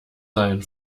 sein